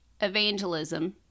evangelism